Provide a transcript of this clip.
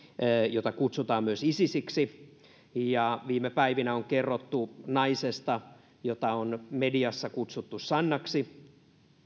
jota kutsutaan myös isisiksi riveihin ja viime päivinä on kerrottu naisesta jota on mediassa kutsuttu sannaksi